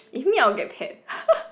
if me I will get pet